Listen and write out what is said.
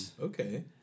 Okay